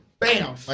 Bam